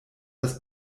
dass